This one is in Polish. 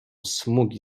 smugi